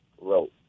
wrote